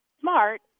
smart